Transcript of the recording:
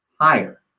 higher